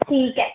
ਠੀਕ ਹੈ